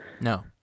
No